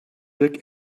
look